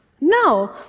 No